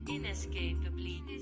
Inescapably